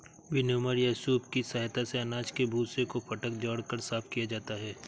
winnower या सूप की सहायता से अनाज के भूसे को फटक झाड़ कर साफ किया जाता है